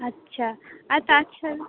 আচ্ছা আর তাছাড়া